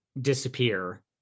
disappear